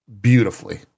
Beautifully